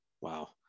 Wow